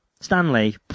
Stanley